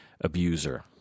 abuser